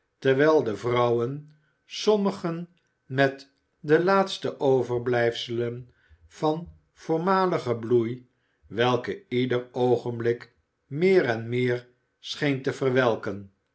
terwijl de vrouwen sommigen met de laatste overblijfselen van voormaligen bloei welke ieder oogenblik meer en meer scheen te verwelken